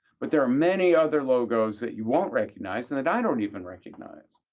but there are many other logos that you won't recognize and that i don't even recognize.